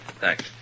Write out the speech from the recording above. Thanks